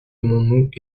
monmouth